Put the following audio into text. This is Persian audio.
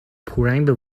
پورنگ